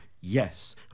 yes